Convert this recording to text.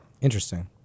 Interesting